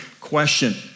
question